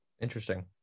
Interesting